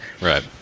Right